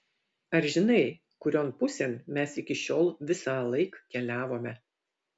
ar žinai kurion pusėn mes iki šiol visąlaik keliavome